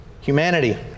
humanity